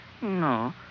No